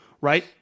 right